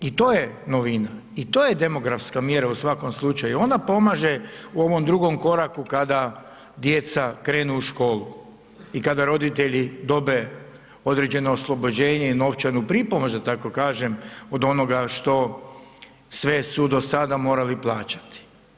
I to je novina i to je demografska mjera u svakom slučaju, ona pomaže i ovom drugom koraku kada djeca krenu u školu i kada roditelji dobe određeno oslobođenje i novčanu pripomoć, da tako kažem, od onoga što sve su do sada morali plaćati.